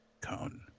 cone